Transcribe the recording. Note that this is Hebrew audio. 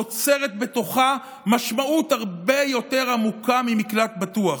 אוצרת בתוכה משמעות הרבה יותר עמוקה ממקלט בטוח.